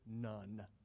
none